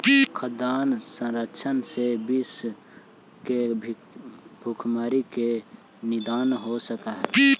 खाद्यान्न संरक्षण से विश्व के भुखमरी के निदान हो सकऽ हइ